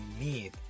need